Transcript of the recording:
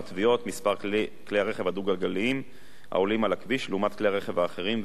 מספר כלי הדו-גלגליים העולים על הכביש לעומת כלי-רכב אחרים ועוד.